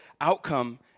outcome